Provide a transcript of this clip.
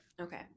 Okay